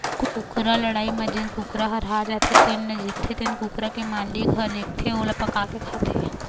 कुकरा लड़ई म जेन कुकरा ह हार जाथे तेन ल जीतथे तेन कुकरा के मालिक ह लेगथे अउ ओला पकाके खाथे